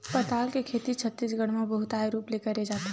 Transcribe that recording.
पताल के खेती छत्तीसगढ़ म बहुताय रूप ले करे जाथे